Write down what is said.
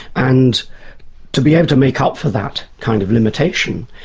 and to be able to make up for that kind of limitation,